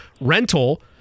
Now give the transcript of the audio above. rental